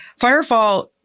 Firefall